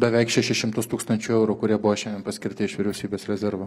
beveik šešis šimtus tūkstančių eurų kurie buvo šiandien paskirti iš vyriausybės rezervo